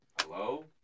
Hello